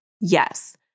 Yes